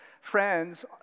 friends